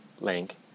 link